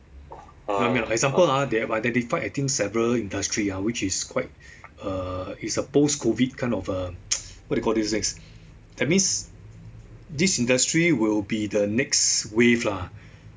err example ah they have identified I think several industry ah which is quite err it's a post COVID kind of err what do you call this that means this industry will be the next wave lah